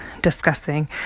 discussing